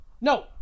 no